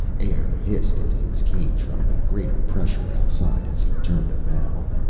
air hissed into his cage from the greater pressure outside as he turned a valve.